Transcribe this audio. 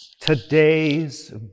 today's